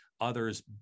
others